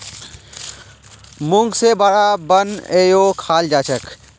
मूंग से वड़ा बनएयों खाल जाछेक